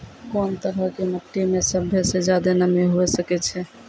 कोन तरहो के मट्टी मे सभ्भे से ज्यादे नमी हुये सकै छै?